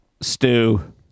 stew